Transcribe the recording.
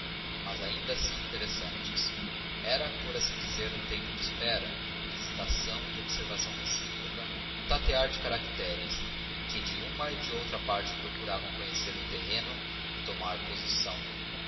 mas ainda assim interessantes era por assim dizer um tempo de espera de hesitação de observação recíproca um tatear de caracteres em que de uma e de outra parte procuravam conhecer o terreno e tomar posição